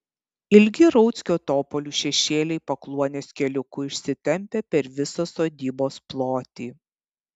ilgi rauckio topolių šešėliai pakluonės keliuku išsitempia per visą sodybos plotį